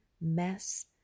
mess